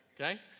okay